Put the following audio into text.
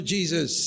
Jesus